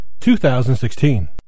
2016